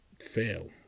fail